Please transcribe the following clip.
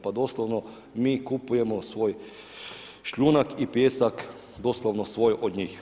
Pa doslovno mi kupujemo svoj šljunak i pijesak, doslovno svoj od njih.